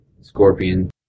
Scorpion